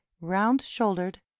round-shouldered